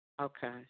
Okay